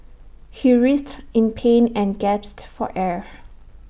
he writhed in pain and gasped for air